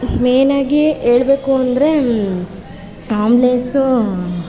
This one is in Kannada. ಮೇನಾಗಿ ಹೇಳ್ಬೇಕು ಅಂದರೆ ಆಂಬ್ಲೆಸು